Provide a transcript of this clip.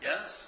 Yes